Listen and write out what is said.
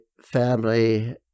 family